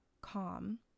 calm